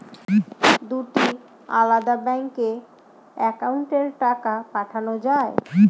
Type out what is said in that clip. দুটি আলাদা ব্যাংকে অ্যাকাউন্টের টাকা পাঠানো য়ায়?